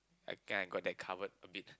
I can I got that covered a bit